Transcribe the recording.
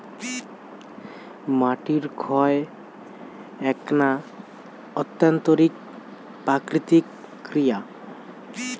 মাটির ক্ষয় এ্যাকনা অভ্যন্তরীণ প্রাকৃতিক ক্রিয়া